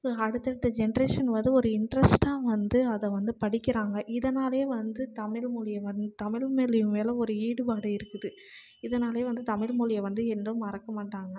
அடுத்த அடுத்த ஜென்ட்ரேஷன் வந்து ஒரு இன்ட்ரெஸ்ட்டாக வந்து அதை வந்து படிக்கிறாங்க இதனாலேயே வந்து தமிழ்மொழியை வந் தமிழ்மொழி மேலே ஒரு ஈடுபாடு இருக்குது இதனால் வந்து தமிழ்மொழியை வந்து என்றும் மறக்க மாட்டாங்க